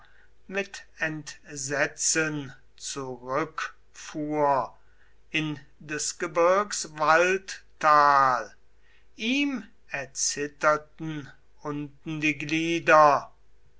mit entsetzen zurückfuhr in des gebirgs waldtal ihm erzitterten unten die glieder